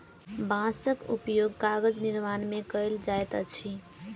बांसक उपयोग कागज निर्माण में कयल जाइत अछि